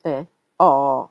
oh oh